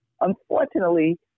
unfortunately